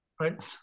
right